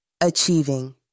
Achieving